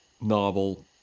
novel